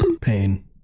pain